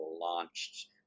launched